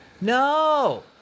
no